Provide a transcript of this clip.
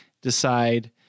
decide